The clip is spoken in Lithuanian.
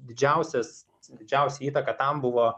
didžiausias didžiausia įtaka tam buvo